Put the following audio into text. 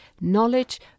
knowledge